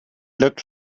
looked